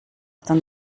den